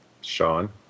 Sean